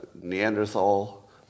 Neanderthal